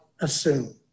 assume